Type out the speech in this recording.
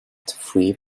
three